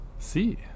See